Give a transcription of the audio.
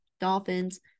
dolphins